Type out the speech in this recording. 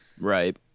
Right